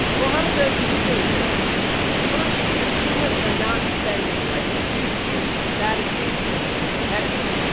well, chana says a few things are going on. first, consumers are not spending like they used to, and that has made things more competitive.